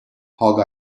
hog